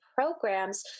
programs